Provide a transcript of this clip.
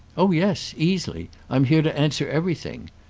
oh yes easily. i'm here to answer everything.